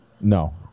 no